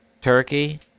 Turkey